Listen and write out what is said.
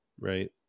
Right